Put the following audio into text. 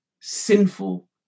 sinful